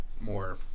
more